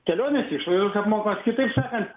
kelionės išlaidos apmokamos kitaip sakant